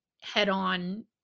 head-on